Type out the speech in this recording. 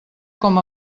com